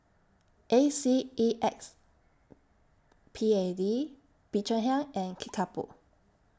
A C E X P A D Bee Cheng Hiang and Kickapoo